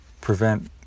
prevent